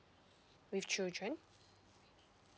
with children